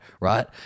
right